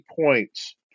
points